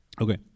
Okay